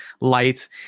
light